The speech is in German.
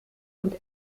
und